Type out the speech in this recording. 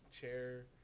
chair